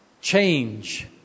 change